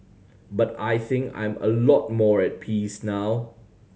but I think I'm a lot more at peace now